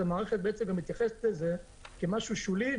אז המערכת מתייחסת לזה כמשהו שולי.